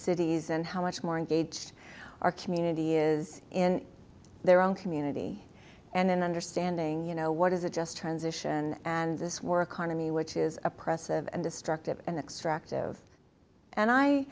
cities and how much more engaged our community is in their own community and then understanding you know what is a just transition and this work harmony which is oppressive and destructive and extractive and i